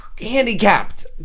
handicapped